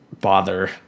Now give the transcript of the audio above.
bother